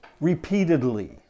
repeatedly